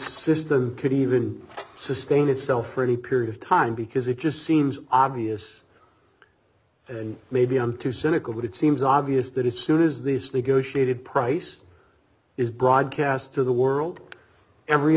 system could even sustain itself for any period of time because it just seems obvious and maybe i'm too cynical but it seems obvious that as soon as the asli go sheeted price is broadcast to the world every